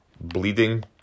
bleeding